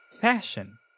Fashion